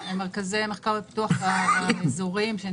לא משנה כמה שנים הוא שם.